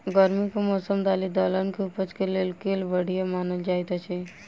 गर्मी केँ मौसम दालि दलहन केँ उपज केँ लेल केल बढ़िया मानल जाइत अछि?